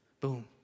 Boom